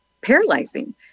paralyzing